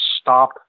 stop